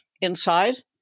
inside